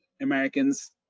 Americans